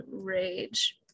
Rage